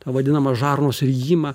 tą vadinamą žarnos rijimą